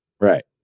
Right